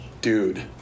dude